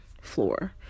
floor